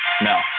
No